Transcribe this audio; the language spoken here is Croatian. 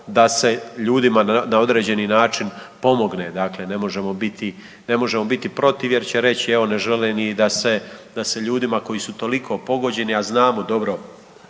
da se ljudima na određeni način pomogne. Dakle ne možemo biti protiv jer će reći evo ne žele ni da se, da se ljudima koji su toliko pogođeni, a znamo dobro